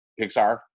Pixar